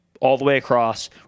all-the-way-across